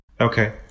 Okay